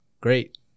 great